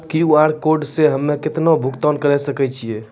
QR code से हम्मय केतना भुगतान करे सके छियै?